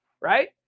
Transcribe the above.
Right